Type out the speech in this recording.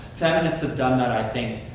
feminists have done that, i think,